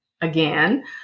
again